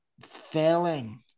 failing